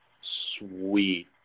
sweet